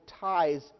ties